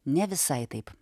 ne visai taip